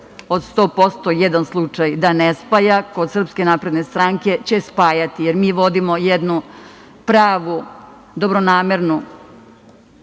od 100% jedan slučaj da ne spaja, kod Srpske napredne stranke će spajati, jer mi vodimo jednu pravu, dobronamernu